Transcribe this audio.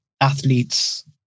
athletes